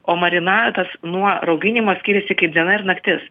o marinatas nuo rauginimo skiriasi kaip diena ir naktis